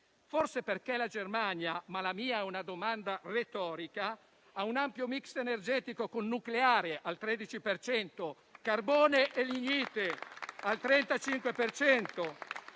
Forse perché la Germania - ma la mia è una domanda retorica - ha un ampio *mix* energetico con nucleare al 13 per cento, carbone e lignite al 35